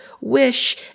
wish